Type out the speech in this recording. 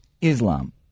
Islam